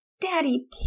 Daddy